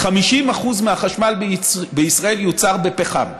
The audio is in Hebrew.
50% מהחשמל בישראל יוצר בפחם.